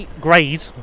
Grade